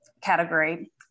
category